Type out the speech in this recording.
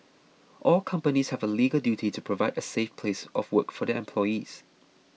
all companies have a legal duty to provide a safe place of work for their employees